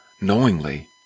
knowingly